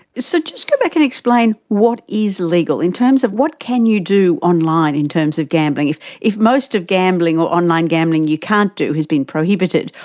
so just go back and explain what is legal in terms of what can you do online in terms of gambling? if if most of gambling or online gambling you can't do has been prohibited,